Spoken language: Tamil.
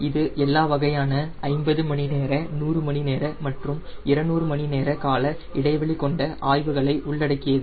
இது எல்லா வகையான 50 மணி நேர 100 மணி நேர மற்றும் 200 மணி நேர கால இடைவெளி கொண்ட ஆய்வுகளை உள்ளடக்கியது